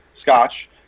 Scotch